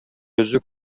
өзү